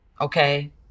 okay